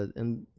and